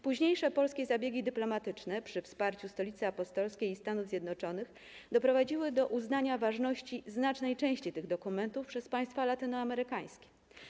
Późniejsze polskie zabiegi dyplomatyczne - przy wsparciu Stolicy Apostolskiej i Stanów Zjednoczonych - doprowadziły do uznania ważności znacznej części tych dokumentów przez państwa latynoamerykańskie.